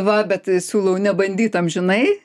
va bet siūlau nebandyt amžinai